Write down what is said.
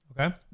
Okay